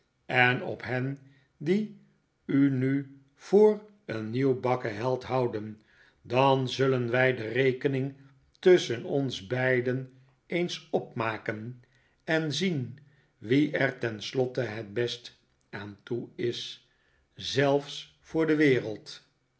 en op hen die u nu voor een nieuwbakken held houden dan zullen wij de rekening tusschen ons beiden eens opmaken en zien wie er tenslotte het beste aan toe is zelfs voor de wereld